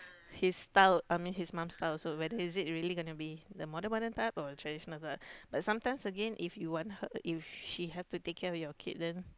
his style I mean his mum style so whether is it really going to be the modern mother type or tradition mother but sometimes again if you want her if she have to take care of your kids then